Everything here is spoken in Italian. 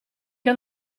che